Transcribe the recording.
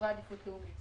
כאזורי עדיפות לאומית.